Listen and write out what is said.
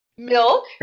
Milk